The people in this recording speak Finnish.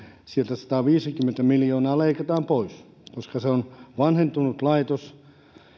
sieltä sataviisikymmentä miljoonaa leikataan pois koska se on vanhentunut laitos